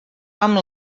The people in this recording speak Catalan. amb